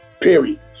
period